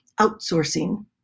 outsourcing